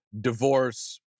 divorce